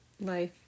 life